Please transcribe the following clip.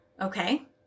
Okay